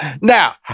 Now